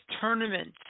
tournaments